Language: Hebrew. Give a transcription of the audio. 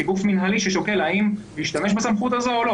כגוף מינהלי ששוקל האם להשתמש בסמכות הזאת או לא,